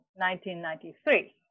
1993